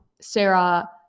Sarah